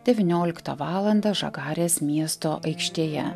devynioliktą valandą žagarės miesto aikštėje